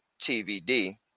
TVD